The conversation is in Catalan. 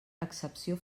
excepció